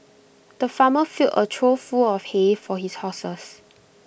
the farmer filled A trough full of hay for his horses